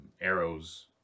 arrows